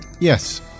Yes